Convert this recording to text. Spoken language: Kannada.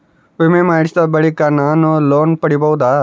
ವಿಮೆ ಮಾಡಿಸಿದ ಬಳಿಕ ನಾನು ಲೋನ್ ಪಡೆಯಬಹುದಾ?